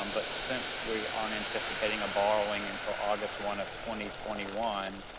um but since we aren't anticipating a borrowing until august one ah twenty twenty one,